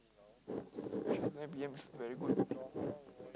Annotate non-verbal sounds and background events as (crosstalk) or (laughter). (noise) three to nine P_M is very good